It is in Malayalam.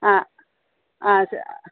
ആ ആ